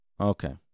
Okay